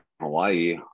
Hawaii